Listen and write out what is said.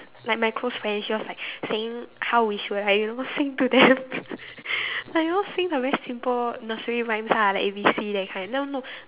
like my close friend she was like saying how we should like you know sing to them like you know sing the very simple nursery rhymes ah like A B C that kind no no